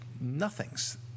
nothings